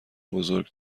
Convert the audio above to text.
بزرگ